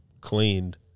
cleaned